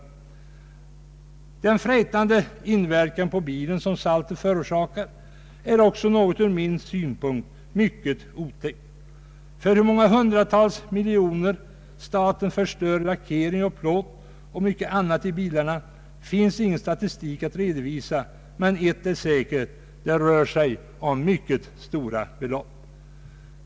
Saltets frätande inverkan på bilen är också enligt min åsikt mycket otäck. Det finns ingen statistik över för hur många hundratal miljoner staten förstör lackering, plåt och annat i bilarna, men ett är säkert, nämligen att det rör sig om mycket stora belopp.